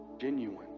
genuine